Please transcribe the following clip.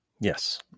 Yes